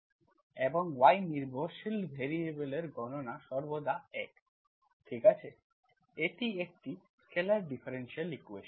এবং y y নির্ভরশীল variable নির্ভরশীল ভ্যারিয়েবল এর গণনা সর্বদা 1 ঠিক আছে এটি একটি স্কেলার ডিফারেনশিয়াল ইকুয়েশন্